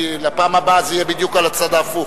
כי לפעם הבאה זה יהיה בדיוק על הצד ההפוך.